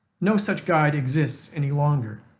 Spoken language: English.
no such guide exists any longer,